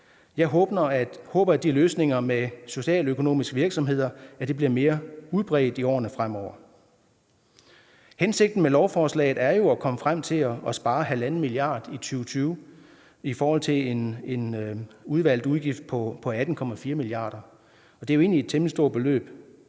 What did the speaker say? Jeg håber, at de løsninger med socialøkonomiske virksomheder bliver mere udbredt i årene fremover. Hensigten med lovforslaget er jo at komme frem til at spare 1,5 mia. kr. i 2020 i forhold til en udvalgt udgift på 18,4 mia. kr. Det er jo egentlig et temmelig stort beløb.